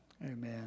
Amen